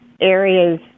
areas